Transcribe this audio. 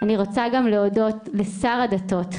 אני רוצה גם להודות לשר הדתות,